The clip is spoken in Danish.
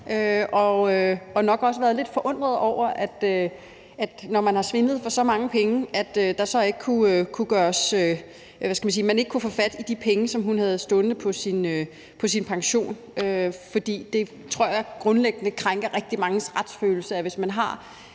og nok også været lidt forundrede over, at man, når hun har svindlet for så mange penge, så ikke kunne, hvad skal man sige, få fat i de penge, som hun havde stående på sin pension. For jeg tror, at det grundlæggende krænker rigtig manges retsfølelse, at det, hvis man har